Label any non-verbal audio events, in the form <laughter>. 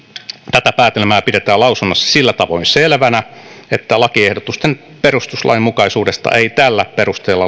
tätä päätelmää pidetään lausunnossa sillä tavoin selvänä että lakiehdotusten perustuslainmukaisuudesta ei tällä perusteella <unintelligible>